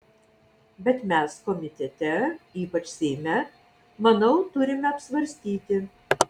bet mes komitete ypač seime manau turime apsvarstyti